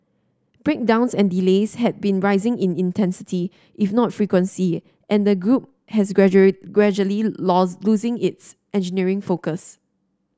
breakdowns and delays had been rising in intensity if not frequency and the group has gradual gradually lose losing its engineering focus